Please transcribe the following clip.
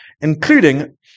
including